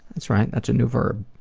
that's right, that's a new verb.